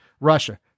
Russia